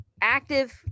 active